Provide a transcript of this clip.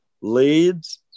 leads